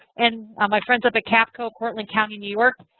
and my friends up at capco portland county, new york,